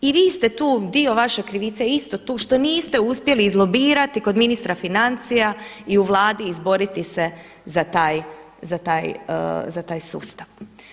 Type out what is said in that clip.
I vi ste tu dio vaše krivice isto tu što niste uspjeli izlobirati kod ministra financija i u Vladi izboriti se za taj sustav.